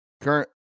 Current